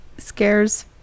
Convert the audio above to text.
scares